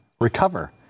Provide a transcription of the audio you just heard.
recover